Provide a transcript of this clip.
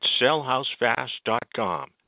sellhousefast.com